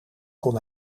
kon